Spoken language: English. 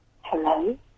Hello